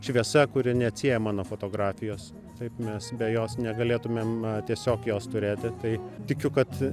šviesa kuri neatsiejama nuo fotografijos taip mes be jos negalėtumėm tiesiog jos turėti tai tikiu kad